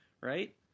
right